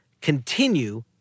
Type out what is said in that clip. continue